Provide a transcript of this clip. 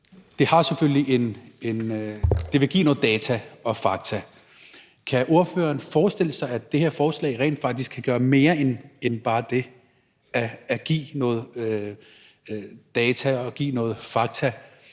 Det vil selvfølgelig give nogle data og fakta, men kan ordføreren forestille sig, at det her forslag rent faktisk kan gøre mere end bare det at give nogle data og fakta,